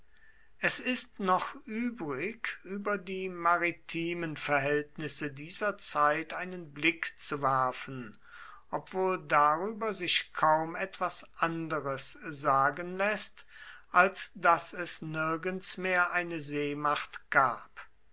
es ist noch übrig auf die maritimen verhältnisse dieser zeit einen blick zu werfen obwohl darüber sich kaum etwas anderes sagen läßt als daß es nirgends mehr eine seemacht gab